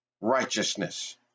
righteousness